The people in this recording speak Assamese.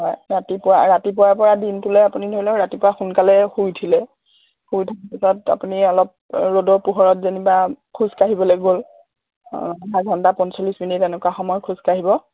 হয় ৰাতিপুৱা ৰাতিপুৱাৰ পৰা দিনটোলৈ আপুনি ধৰি লওক ৰাতিপুৱা সোনকালে শুই উঠিলে শুই উঠাৰ পিছত আপুনি অলপ ৰ'দৰ পোহৰত যেনিবা খোজকাঢ়িবলে গ'ল আধা ঘণ্টা পঞ্চল্লিছ মিনিট এনেকুৱা সময় খোজকাঢ়িব